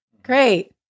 Great